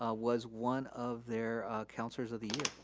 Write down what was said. ah was one of their counselors of the